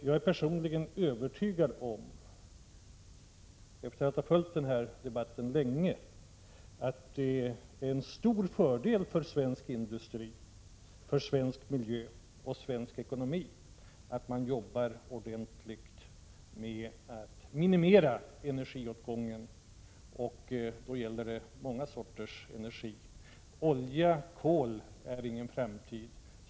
Jag är personligen övertygad om — efter att länge ha följt denna debatt — att det är en stor fördel för svensk industri, för svensk miljö och för svensk ekonomi att det görs ett ordentligt arbete i syfte att minimera energiåtgången, och det gäller många sorters energi. Olja och kol har ingen framtid.